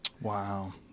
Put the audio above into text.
Wow